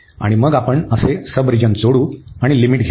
आणि मग आपण असे सबरिजन जोडू आणि लिमिट घेऊ